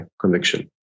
conviction